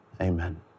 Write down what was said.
Amen